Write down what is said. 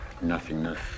nothingness